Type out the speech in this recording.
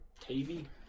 Tavy